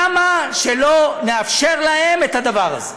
למה שלא נאפשר להם את הדבר הזה?